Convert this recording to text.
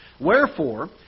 Wherefore